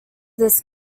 this